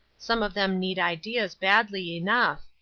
some of them need ideas badly enough.